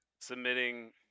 submitting